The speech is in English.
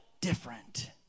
different